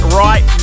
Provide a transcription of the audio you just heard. right